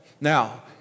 Now